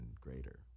greater